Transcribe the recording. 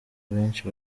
benshi